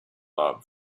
love